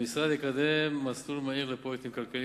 המשרד יקדם מסלול מהיר לפרויקטים כלכליים